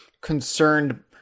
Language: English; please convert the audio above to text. concerned